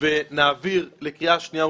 את ההתחלה,